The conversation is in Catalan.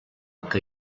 que